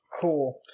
cool